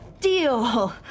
deal